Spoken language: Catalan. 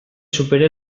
supere